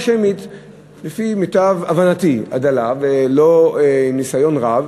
לפי מיטב הבנתי הדלה, וללא ניסיון רב,